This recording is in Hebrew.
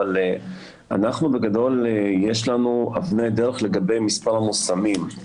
אבל בגדול יש לנו אבני דרך לגבי מספר המושמים.